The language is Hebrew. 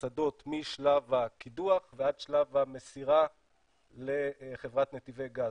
השדות משלב הקידוח ועד שלב המסירה לחברת נתיבי גז,